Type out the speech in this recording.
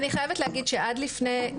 אני חייבת להגיד שעד לפני,